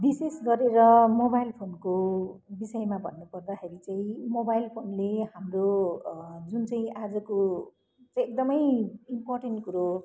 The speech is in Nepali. विशेष गरेर मोबाइल फोनको विषयमा भन्नुपर्दाखेरि चाहिँ मोबाइल फोनले हाम्रो जुन चाहिँ आजको एकदमै इम्पोरटेन्ट कुरो